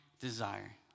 desire